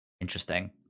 Interesting